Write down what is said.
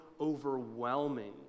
overwhelming